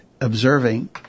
observing